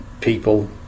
people